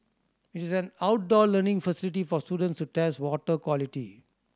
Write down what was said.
it is an outdoor learning facility for students to test water quality